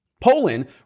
Poland